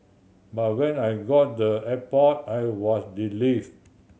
but when I got the airport I was relieved